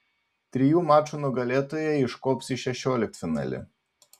trijų mačų nugalėtojai iškops į šešioliktfinalį